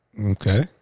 Okay